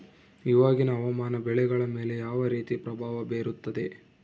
ಇವಾಗಿನ ಹವಾಮಾನ ಬೆಳೆಗಳ ಮೇಲೆ ಯಾವ ರೇತಿ ಪ್ರಭಾವ ಬೇರುತ್ತದೆ?